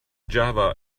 java